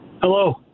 Hello